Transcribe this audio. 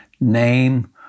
name